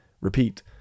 repeat